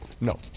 No